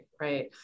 right